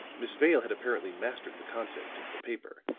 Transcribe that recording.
miss vale had apparently mastered the contents of the paper,